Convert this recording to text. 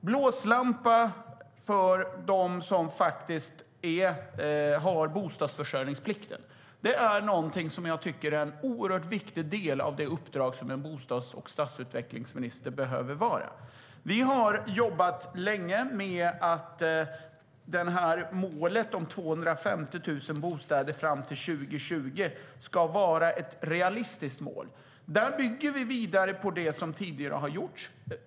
Att vara en blåslampa på dem som har bostadsförsörjningsplikten är någonting som jag tycker är en oerhört viktig del av en bostads och stadsutvecklingsministers uppdrag. Vi har jobbat länge med att målet om 250 000 bostäder fram till 2020 ska vara ett realistiskt mål. Där bygger vi vidare på det som tidigare har gjorts.